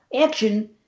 Action